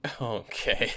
Okay